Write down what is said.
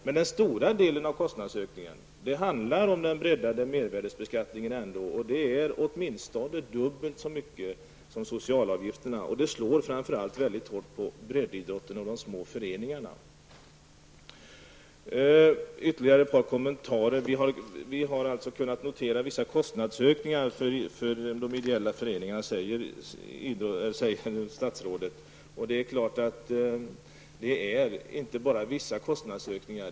Den stora delen av kostnadsökningen hänförs sig dock ändå till den breddade mervärdesbeskattningen. Det rör sig om åtminstone dubbelt så stora belopp som socialavgifterna. Det slår framför allt mycket hårt mot breddidrotten och de små föreningarna. Vi har kunnat notera vissa kostnadsökningar för de ideella föreningarna, säger statsrådet. Det rör sig inte bara om vissa kostnadsökningar.